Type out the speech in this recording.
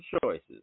choices